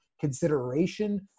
consideration